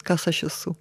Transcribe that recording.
kas aš esu